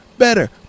Better